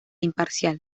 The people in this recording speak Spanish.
imparcial